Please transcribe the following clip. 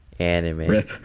Anime